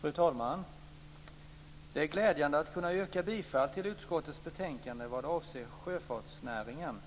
Fru talman! Det är glädjande att kunna yrka bifall till utskottets betänkande vad avser sjöfartsnäringen.